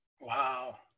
Wow